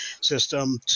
system